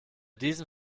diesem